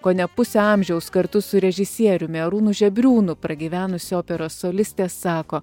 kone pusę amžiaus kartu su režisieriumi arūnu žebriūnu pragyvenusi operos solistė sako